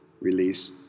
release